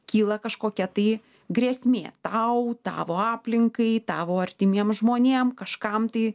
kyla kažkokia tai grėsmė tau tavo aplinkai tavo artimiem žmonėm kažkam tai